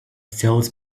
fills